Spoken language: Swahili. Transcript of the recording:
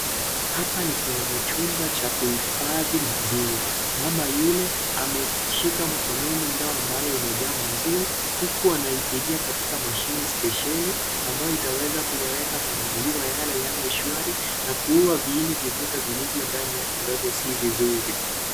Hapa ni kwenye jumba cha kuhifadhi maziwa, mama Yule ameshika mkononi ndoo ambayo imejaa maziwa huku anaitilia katika mashine spesheli ambayo itaweza kuyaweka maziwa yale yawe shwari na kuuwa viini vyote vilivyo ndani ambavyo si vizuri.